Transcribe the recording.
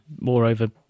moreover